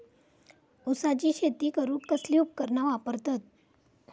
ऊसाची शेती करूक कसली उपकरणा वापरतत?